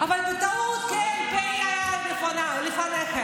אבל בטעות זה היה לפניכם.